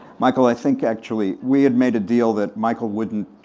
michael i think actually we had made a deal that michael wouldn't